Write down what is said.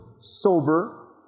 sober